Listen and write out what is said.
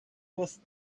was